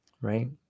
Right